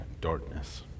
darkness